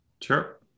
Sure